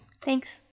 Thanks